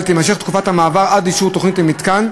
תימשך תקופת המעבר עד אישור תוכנית למתקן,